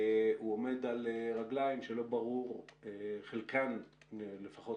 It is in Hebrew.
הוא עומד על רגליים שלא ברור חלקן לפחות